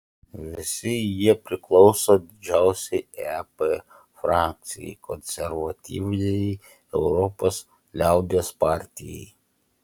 visi jie priklauso didžiausiai ep frakcijai konservatyviajai europos liaudies partijai